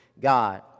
God